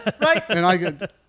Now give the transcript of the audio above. Right